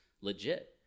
legit